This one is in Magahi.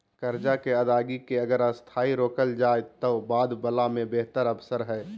कर्जा के अदायगी के अगर अस्थायी रोकल जाए त बाद वला में बेहतर अवसर हइ